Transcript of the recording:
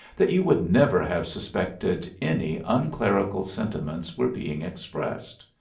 that you would never have suspected any unclerical sentiments were being expressed.